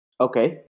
okay